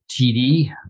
TD